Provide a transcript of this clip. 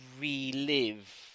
relive